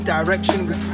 Direction